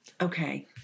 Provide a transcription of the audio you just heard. Okay